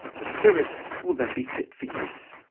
the spirit will then be fit for use.